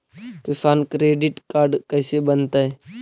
किसान credit card कैसे बनतै?